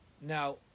Now